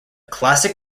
classic